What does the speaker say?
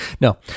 No